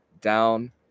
down